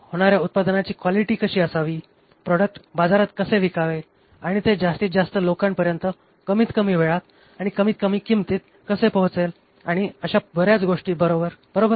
होणाऱ्या उत्पादनाची क्वालिटी कशी असावी प्रॉडक्ट बाजारात कसे विकावे आणि ते जास्तीतजास्त लोकांपर्यंत कमीतकमी वेळात आणि कमीतकमी किंमतीत कसे पोहोचेल आणि अशा बऱ्याच गोष्टी बरोबर